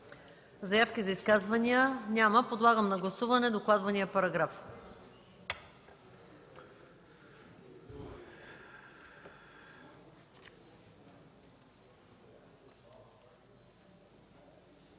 Заявки за изказвания? Няма. Подлагам на гласуване докладвания параграф.